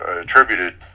attributed